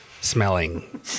smelling